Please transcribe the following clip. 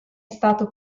stato